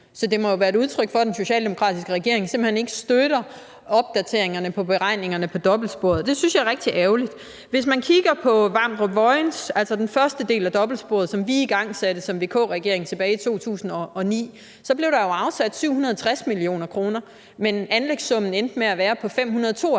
Så det må jo være et udtryk for, at den socialdemokratiske regering simpelt hen ikke støtter en opdatering af beregningerne på dobbeltsporet, og det synes jeg er rigtig ærgerligt. Hvis man kigger på Vamdrup-Vojens, altså den første del af dobbeltsporet, som vi igangsatte som VK-regering tilbage i 2009, så kan man jo se, at der blev afsat 760 mio. kr., men anlægssummen endte med at være på 552